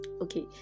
Okay